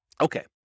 Okay